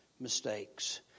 mistakes